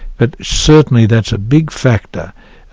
but certainly that's a big factor.